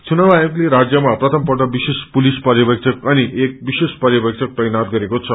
चुनाव आयोगले राज्यमा प्रथम पल्ट विशेष पुलिस पर्यवेक्षक अनि एक विशेष पर्यवेक्षक तैनात गरेको छ